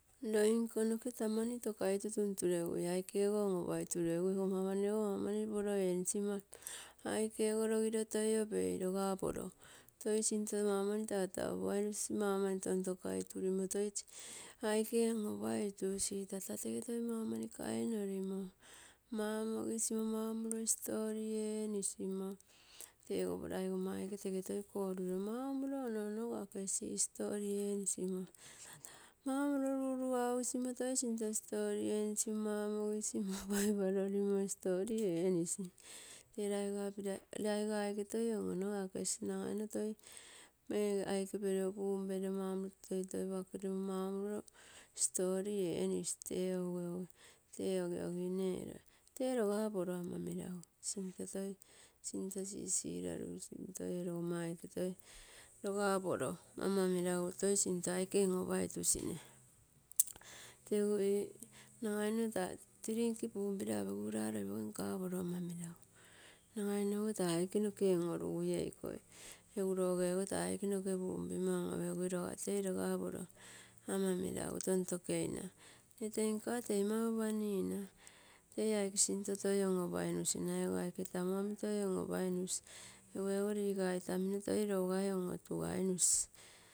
Loinko noke taa mani tokaitu tunturegui, aike go on-opaituregui, ama mani ogo ama mani poro ee nisi mo, aike go logiro toi opei, loga poro toi sinto mau mani tatapuai nusi, maumani tontokainusi aike on-opainusi. Tatatege toi maumani kainorimo, mamogisimo mau moliro story enisimo, tego laigoma aike tee toi tege koruliro mau moliro onogakesi korulilo story enisimo, mau moliro ruruaugigimo, toi sinto story enisimo, mamamogisimo, paiparolimo toi sinto story enisi, tee laiga aike toi on-onogakesi, nagaino toi peliro ee aike mau moliro punpeliro mau nomoto toitoi pake rimo, mau nomoto story enisi tee ogi ogine tee loga poro ama melagu sinto toi sinto sisirarui, sinto ee logomma aike toi loga poro, ama melagu toi sinto aike on-opaitusiu, tee ee nagai taa drink punpiro apegui ura loipoge nka poro ama melagu, nagainogo, nagai taa aike noke on-orogui eiko egu logeogo taa aike noke pumpimo on-opegui logotei loga poro ama melagu tontokeina nne tei eiko nka poro rei mau lopa nina tei toi sinto aike on-opamusina ega aiko tamu omi toi on opai nusi tui on-otugainusi, ego liga itamino toi on-otugai nusi.